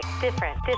different